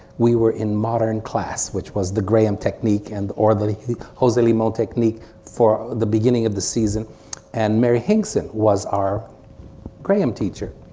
we were in modern class which was the graham technique and or the the jose limon technique for the beginning of the season and mary hingson was our graham teacher.